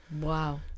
Wow